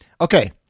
okay